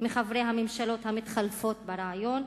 מחברי הממשלות המתחלפות ברעיון,